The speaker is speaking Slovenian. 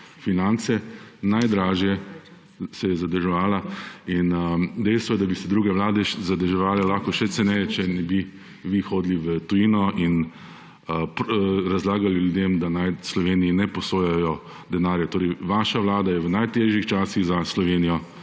finance, najdražje se je zadolževala. Dejstvo je, da bi se druge Vlade zadolževala lahko še ceneje, če ne bi vi hodili v tujino in razlagali ljudem, da naj Sloveniji ne posojajo denarja. Torej vaša Vlada je v najtežjih časih za Slovenijo